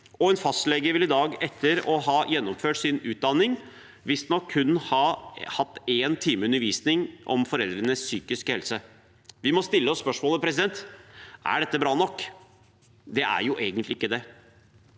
En fastlege vil i dag, etter å ha gjennomført sin utdanning, visstnok kun ha hatt én time undervisning om foreldres psykiske helse. Vi må stille oss spørsmålet: Er dette bra nok? Det er jo egentlig ikke det.